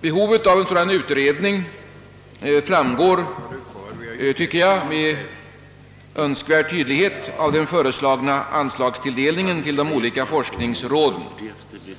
Jag tycker att behovet av en sådan utredning med all önskvärd tydlighet framgår av den föreslagna anslagstilldelningen till de olika forskningsråden,